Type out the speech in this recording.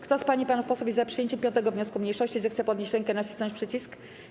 Kto z pań i panów posłów jest za przyjęciem 5. wniosku mniejszości, zechce podnieść rękę i nacisnąć przycisk.